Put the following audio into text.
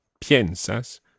piensas